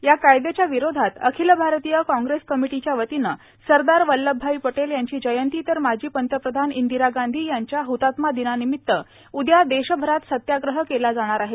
या कायद्याच्या विरोधात अखिल भारतीय काँग्रेस कमिटीच्या वतीने सरदार सरदार वल्लभभाई पटेल यांची जयंती तर माजी पंतप्रधान इंदिरा गांधी यांच्या हतात्मा दिनानिमित उद्या देशभरात सत्याग्रह केला जाणार आहे